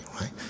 right